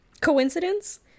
coincidence